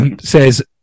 Says